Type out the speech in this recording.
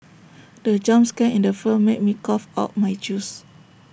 the jump scare in the film made me cough out my juice